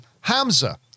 Hamza